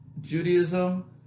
Judaism